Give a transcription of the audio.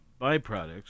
byproducts